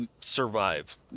survive